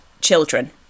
children